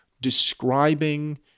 describing